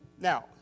now